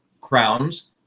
crowns